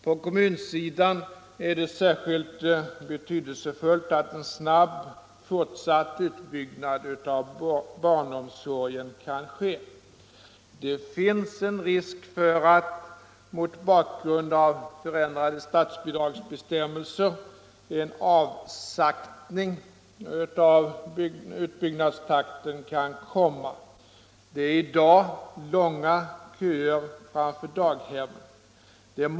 På kommunsidan är det särskilt viktigt att en snabb fortsatt utbyggnad av barnomsorgen kan ske. Det finns en risk — mot bakgrund av förändrade statsbidragsbestämmelser — för att utbyggnadstakten kan komma att sakta av. Köerna framför daghemmen är i dag långa.